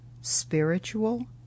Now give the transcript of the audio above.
Spiritual